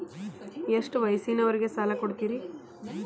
ಎಷ್ಟ ವಯಸ್ಸಿನವರಿಗೆ ಸಾಲ ಕೊಡ್ತಿರಿ?